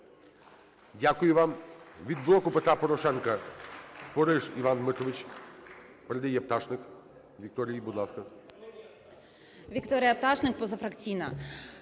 Дякую вам.